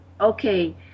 Okay